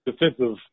defensive